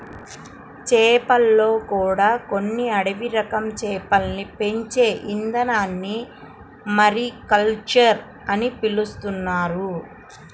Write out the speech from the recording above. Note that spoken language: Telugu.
చేపల్లో కూడా కొన్ని అడవి రకం చేపల్ని పెంచే ఇదానాన్ని మారికల్చర్ అని పిలుత్తున్నారు